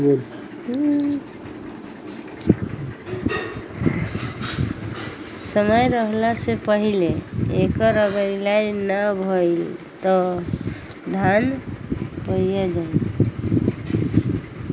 समय रहला से पहिले एकर अगर इलाज ना भईल त धान पइया जाई